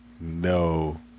No